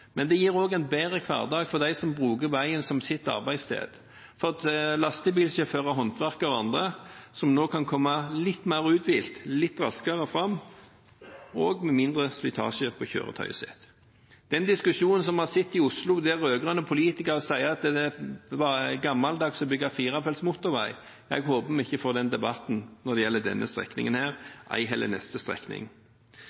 men det gir også en bedre hverdag for dem som bruker veien som sitt arbeidssted, for lastebilsjåfører, håndverkere og andre, som nå kan komme litt mer uthvilt og litt raskere fram, og med mindre slitasje på kjøretøyet sitt. Den diskusjonen som vi har sett i Oslo der rød-grønne politikere sier at det er gammeldags å bygge firefelts motorvei, håper jeg vi ikke får når det gjelder denne strekningen